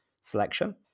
selection